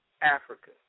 Africa